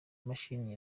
mashini